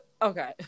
Okay